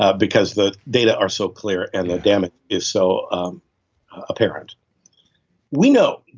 ah because, the data are so clear and the damage is so apparent we know,